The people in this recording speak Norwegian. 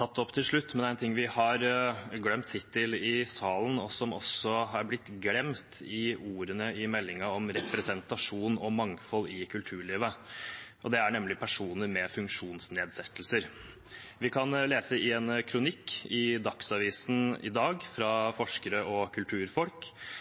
tatt opp til slutt, men det er noen vi har glemt hittil i salen, og som også er blitt glemt i meldingen om representasjon og mangfold i kulturlivet. Det er nemlig personer med funksjonsnedsettelser. I Dagsavisen i dag kan vi lese en kronikk fra forskere og kulturfolk